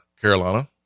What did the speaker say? Carolina